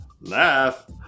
laugh